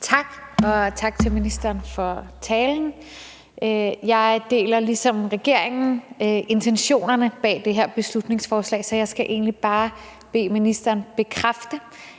Tak, og tak til ministeren for talen. Jeg deler ligesom regeringen intentionerne bag det her beslutningsforslag, så jeg skal egentlig bare bede ministeren bekræfte,